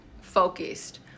focused